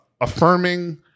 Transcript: affirming